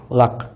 luck